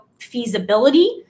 feasibility